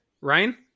Ryan